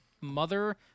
mother